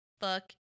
fuck